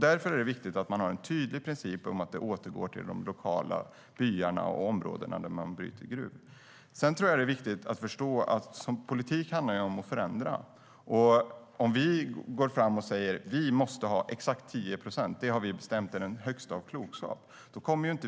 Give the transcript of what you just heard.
Därför är det viktigt att ha en tydlig princip om att värdet ska återgå till de lokala byarna och områdena där man har gruvbrytning. Det är också viktigt att förstå att politik handlar om att förändra. Vi kommer inte att nå särskilt stora resultat i den här kammaren om vi säger "Vi måste ha exakt 10 procent. Det har vi bestämt i den högsta av klokskap."